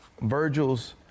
Virgil's